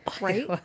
Right